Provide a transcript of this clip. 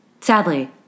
Sadly